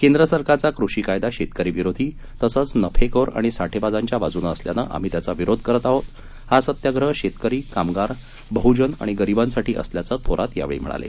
केंद्र सरकारचा कृषी कायदा शेतकरीविरोधी तसंच नफेखोर आणि साठेबाजांच्या बाजूनं असल्यानं आम्ही त्याचा विरोध करत आहोत हा सत्याग्रह शेतकरी कामगार बहुजन आणि गरिबांसाठी असल्याचं थोरात यावेळी म्हणाले